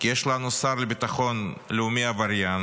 כי יש לנו שר לביטחון לאומי עבריין